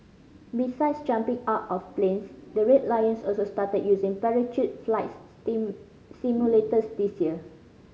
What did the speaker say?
besides jumping out of planes the Red Lions also started using parachute flights simulators this year